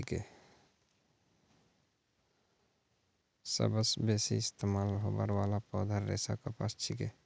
सबस बेसी इस्तमाल होबार वाला पौधार रेशा कपास छिके